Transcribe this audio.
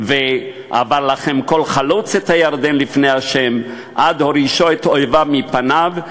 ועבר לכם כל חלוץ את הירדן לפני ה' עד הורישו את איביו מפניו,